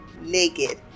naked